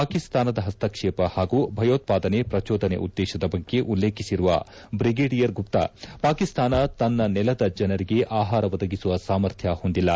ಪಾಕಿಸ್ತಾನದ ಪಸ್ತಕ್ಷೇಪ ಪಾಗೂ ಭಯೋತ್ಪಾದನೆ ಪ್ರಚೋದನೆ ಉದ್ವೇಶದ ಬಗ್ಗೆ ಉಲ್ಲೇಖಿಸಿರುವ ಬ್ರಿಗೇಡಿಯರ್ ಗುಪ್ತಾ ಪಾಕಿಸ್ತಾನ ತನ್ನ ನೆಲದ ಜನರಿಗೆ ಅಹಾರ ಒದಗಿಸುವ ಸಾಮರ್ಥ್ಯ ಹೊಂದಿಲ್ಲ